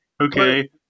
okay